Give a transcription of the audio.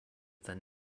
than